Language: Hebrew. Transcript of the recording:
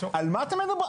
על מה אתה מדבר?